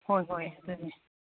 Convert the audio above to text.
ꯍꯣꯏ ꯍꯣꯏ ꯑꯗꯨꯅꯤ